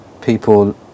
people